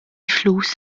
flus